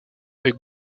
avec